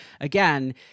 again